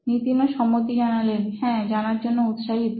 নিতিন হ্যাঁ জানার জন্য উৎসাহিত